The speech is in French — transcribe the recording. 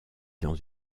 dans